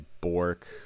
Bork